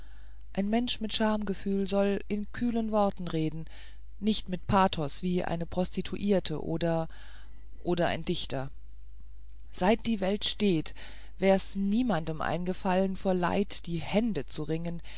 ein mensch mit schamgefühl soll in kühlen worten reden nicht mit pathos wie eine prostituierte oder oder ein dichter seit die welt steht wär's niemand eingefallen vor leid die hände zu ringen